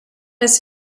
his